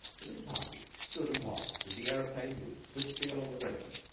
the little party stood and watched as the aeroplane moved swiftly along the ground,